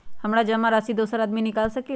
हमरा जमा राशि दोसर आदमी निकाल सकील?